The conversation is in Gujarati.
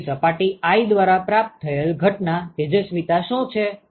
તેથી સપાટી i દ્વારા પ્રાપ્ત થયેલ ઘટના તેજસ્વિતા શું છે